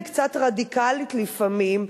היא קצת רדיקלית לפעמים,